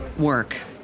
work